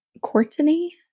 Courtney